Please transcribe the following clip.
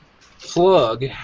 plug